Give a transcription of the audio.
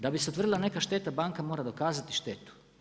Da bi se utvrdila neka šteta, banka mora dokazati štetu.